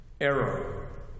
error